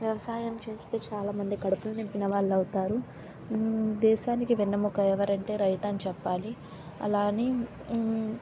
వ్యవసాయం చేస్తే చాలామంది కడుపులు నింపిన వాళ్ళు అవుతారు దేశానికి వెన్నెముక ఎవరు అంటే రైతు అని చెప్పాలి అలా అని